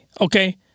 Okay